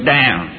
down